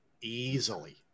Easily